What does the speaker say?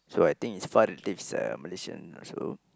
so I think his far relatives a Malaysian also